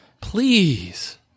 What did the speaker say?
Please